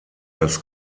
das